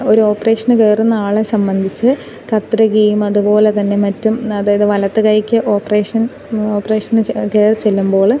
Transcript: ഒരു ഓപ്പറേഷന് കയറുന്ന ആളെ സംബന്ധിച്ച് കത്രികയും അതുപോലെ തന്നെ മറ്റും അതായത് വലത്ത് കൈയ്ക്ക് ഓപ്പറേഷൻ ഓപ്പറേഷന് ചെ കയറി ചെല്ലുമ്പോൾ